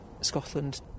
Scotland